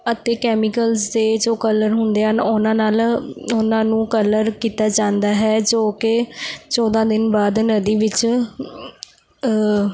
ਅਤੇ ਕੈਮੀਕਲਸ ਦੇ ਜੋ ਕਲਰ ਹੁੰਦੇ ਹਨ ਉਹਨਾਂ ਨਾਲ ਉਹਨਾਂ ਨੂੰ ਕਲਰ ਕੀਤਾ ਜਾਂਦਾ ਹੈ ਜੋ ਕਿ ਚੌਦਾਂ ਦਿਨ ਬਾਅਦ ਨਦੀ ਵਿੱਚ